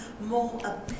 more